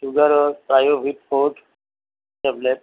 চুগাৰৰ পায় ভেদ টেবলেট